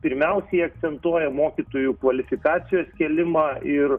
pirmiausiai akcentuoja mokytojų kvalifikacijos kėlimą ir